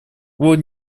вот